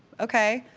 okay.